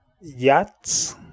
yachts